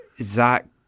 Zach